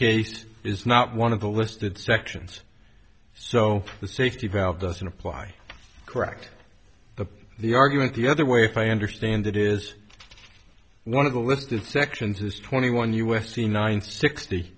case is not one of the listed sections so the safety valve doesn't apply correct the the argument the other way if i understand it is one of the listed sections is twenty one u s c nine sixty